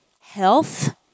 health